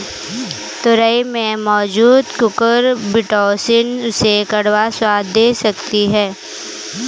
तोरई में मौजूद कुकुरबिटॉसिन उसे कड़वा स्वाद दे देती है